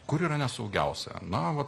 kur yra nesaugiausia na